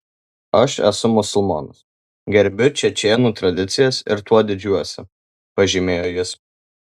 aš esu musulmonas gerbiu čečėnų tradicijas ir tuo didžiuojuosi pažymėjo jis